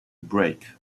break